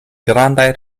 grandaj